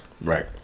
right